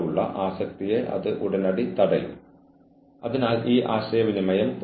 തൊഴിൽ ആവശ്യകതകളുടെ വ്യക്തതയുടെ അഭാവം